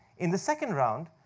in the second round,